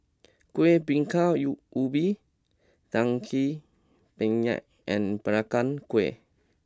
Kuih Bingka U Ubi Daging Penyet and Peranakan Kueh